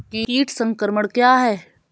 कीट संक्रमण क्या है?